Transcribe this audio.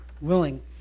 willing